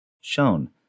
shown